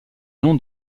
nom